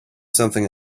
something